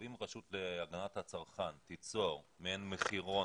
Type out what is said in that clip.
אם הרשות להגנת הצרכן תיצור מעין מחירון